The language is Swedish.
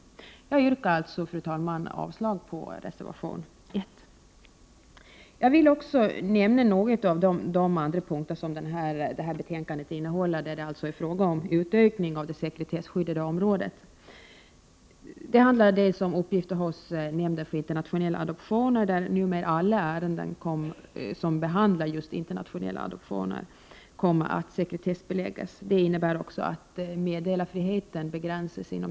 Jag yrkar, fru talman, avslag på reservation 1. Jag vill även nämna något om de andra punkter som betänkandet innehåller om utökning av det sekretesskyddade området, nämligen sekretessen för utgifter i ärenden hos statens nämnd för internationella adoptioner. Alla ärenden som handlar om internationella adoptioner kommer numera att sekretessbeläggas. Det innebär att meddelarfriheten begränsas.